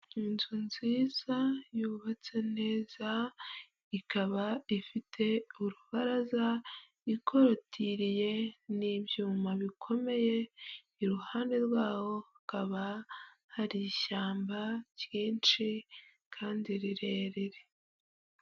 Inzu nziza yubatse neza ikaba ifite urubaraza, ikotiriye n'ibyuma bikomeye, iruhande rwaho hakaba hari ishyamba ryinshi kandi rirerire.